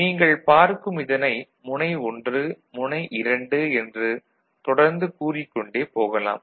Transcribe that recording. நீங்கள் பார்க்கும் இதனை முனை 1 முனை 2 என்று தொடர்ந்து கூறிக்கொண்டே போகலாம்